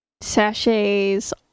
sachets